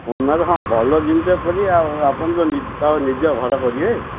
ହଁ ଭଲ ଜିନିଷ କରି ଆଉ ଆପଣ ତ ନିଜ ଘର କରିବେ